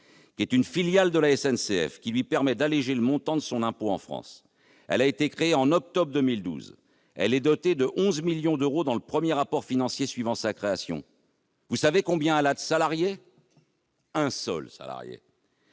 Luxembourg, filiale qui permet à la SNCF d'alléger le montant de son impôt en France. Elle a été créée en octobre 2012. Elle est dotée de 11 millions d'euros dans le premier rapport financier qui a suivi sa création. Savez-vous combien elle a de salariés ? Un seul salarié